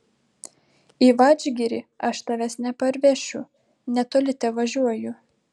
į vadžgirį aš tavęs neparvešiu netoli tevažiuoju